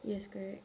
yes correct